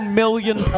million